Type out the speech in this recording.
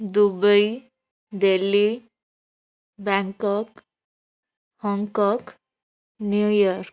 Dubai Delhi Bangkok Hong Kong New York